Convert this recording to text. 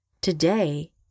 Today